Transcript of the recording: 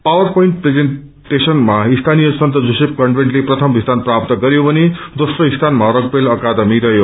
power point प्रेजेन्टेशनमा स्थानीय saint Joseph कन्वेन्टले प्रथम स्थान प्राप्त गरयो भने दोस्रो स्थानमा रकभेल अकादमी रहयो